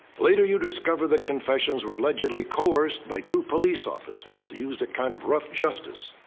later, you discover the confessions were allegedly coerced by two police officers who used a kind of rough justice.